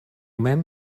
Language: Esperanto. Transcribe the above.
mem